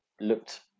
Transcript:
looked